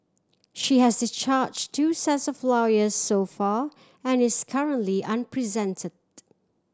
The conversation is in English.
she has discharged two sets of lawyers so far and is currently unrepresented